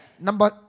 Number